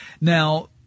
Now –